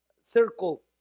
circle